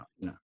no